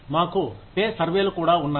మాకు పే సర్వేలు కూడా ఉన్నాయి